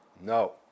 No